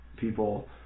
people